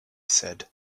said